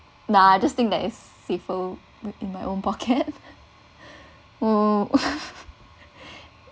nah I just think that it's safer in my own pocket mm